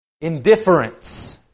Indifference